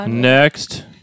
Next